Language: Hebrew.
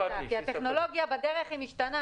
כי הטכנולוגיה משתנה בדרך.